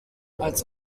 als